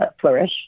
Flourish